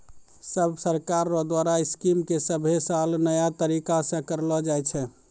सब सरकार रो द्वारा स्कीम के सभे साल नया तरीकासे करलो जाए छै